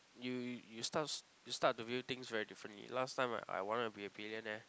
you you start to you start to view things very differently last time I want to be a billionaire